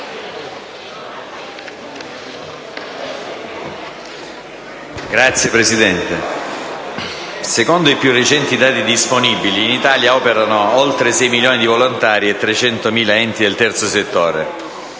Signor Presidente, secondo i più recenti dati disponibili, in Italia operano oltre 6 milioni di volontari e 300.000 enti del terzo settore.